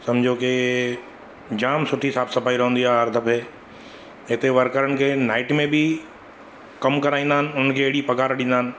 सम्झो की जाम सुठी साफ़ सफ़ाई रहंदी आहे हर दफ़े हिते वर्करनि खे नाइट में बि कमु कराईंदा आहिनि उन्हनि खे एॾी पघारु ॾींदा आहिनि